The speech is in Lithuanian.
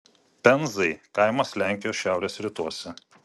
penzai kaimas lenkijos šiaurės rytuose